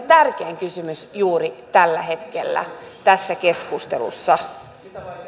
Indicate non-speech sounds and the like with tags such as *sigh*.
*unintelligible* tärkein kysymys juuri tällä hetkellä tässä keskustelussa